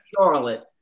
Charlotte